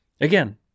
Again